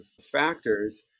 factors